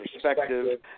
Perspective